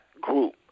group